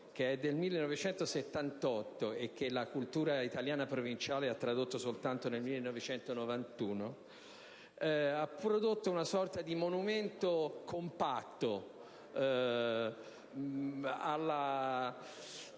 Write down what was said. del 1978 - e che la cultura italiana provinciale ha tradotto soltanto nel 1991 - Said ha prodotto una sorta di monumento compatto,